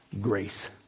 grace